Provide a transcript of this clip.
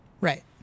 Right